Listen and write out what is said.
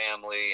family